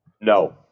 No